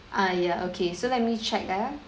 ah ya okay so let me check ah